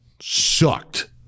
sucked